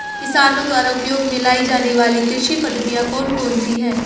किसानों द्वारा उपयोग में लाई जाने वाली कृषि पद्धतियाँ कौन कौन सी हैं?